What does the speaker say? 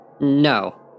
No